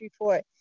report